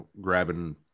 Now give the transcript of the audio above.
grabbing